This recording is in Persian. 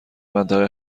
منطقه